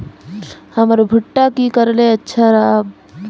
हमर भुट्टा की करले अच्छा राब?